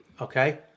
okay